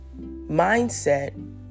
mindset